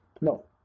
no